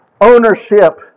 ownership